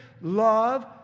Love